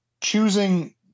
choosing